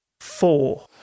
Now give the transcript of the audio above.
Four